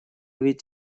ведь